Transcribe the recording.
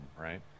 right